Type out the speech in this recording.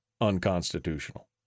unconstitutional